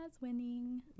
winning